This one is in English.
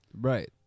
right